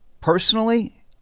personally